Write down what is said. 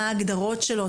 מה ההגדרות שלו,